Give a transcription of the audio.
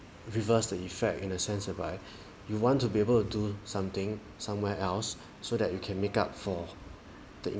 reverse the effect in a sense whereby you want to be able to do something somewhere else so that you can make up for the